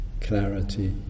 clarity